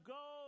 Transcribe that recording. go